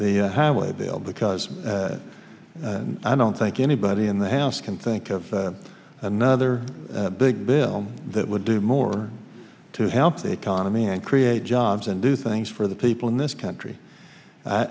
the highway bill because i don't think anybody in the house can think of another big bill that would do more to help the economy and create jobs and do things for the people in this country